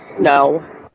No